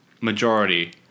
majority